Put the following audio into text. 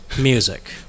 music